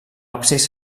absis